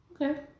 Okay